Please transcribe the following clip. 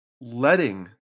letting